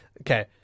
Okay